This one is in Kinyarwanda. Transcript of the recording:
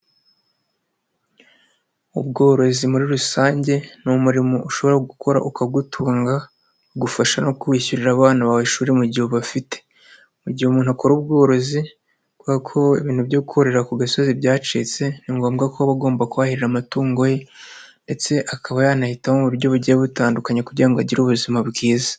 Ubworozi muri rusange ni umurimo ushobora gukora ukagutunga, ugufasha no kwishyurira abana bawe ishuri mu gihe ubafite. Mu gihe umuntu akora ubworozi, kubera ko ibintu byo kororera ku gasozi byacitse, ni ngombwa ko agomba kwahirira amatungo ye, ndetse akaba yanahitamo uburyo bugiye butandukanye kugira ngo agire ubuzima bwiza.